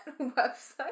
website